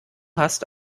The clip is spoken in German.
hast